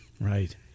Right